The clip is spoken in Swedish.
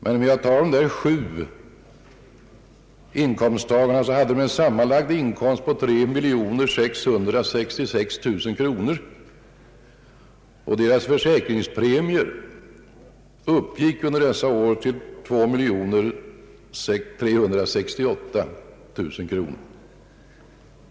Men de sju nämnda inkomsttagarna hade en sammanlagd inkomst på 3 666 000 kronor, och deras försäkringspremier uppgick under dessa år till 2 368 000 kronor.